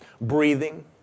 breathing